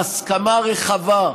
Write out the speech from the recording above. בהסכמה רחבה,